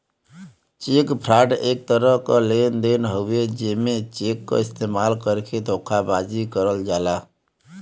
check fraud एक तरह क लेन देन हउवे जेमे चेक क इस्तेमाल करके धोखेबाजी करल जाला